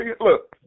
Look